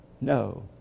No